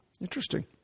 Interesting